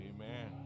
Amen